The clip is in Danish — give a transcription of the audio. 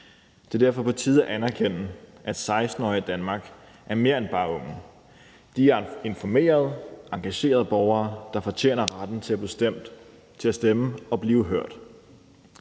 Det er derfor på tide at anerkende, at 16-årige i Danmark er mere end bare unge. De er informerede og engagerede borgere, der fortjener retten til at stemme og til at blive hørt.